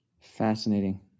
Fascinating